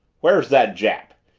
where's that jap?